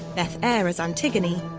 beth eyre as antigone,